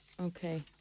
Okay